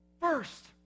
first